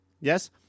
yes